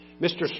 Mr